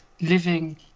living